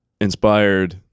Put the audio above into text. inspired